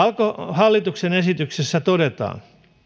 hallituksen esityksessä todetaan